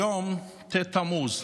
היום ט' בתמוז.